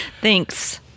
Thanks